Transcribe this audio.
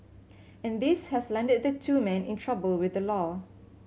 and this has landed the two men in trouble with the law